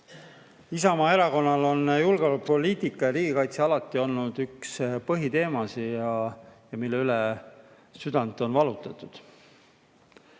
Isamaa Erakonnale on julgeolekupoliitika ja riigikaitse alati olnud üks põhiteemasid, mille pärast südant on valutatud.